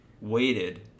waited